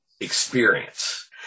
experience